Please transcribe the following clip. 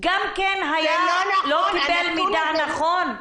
לא קיבל מידע נכון?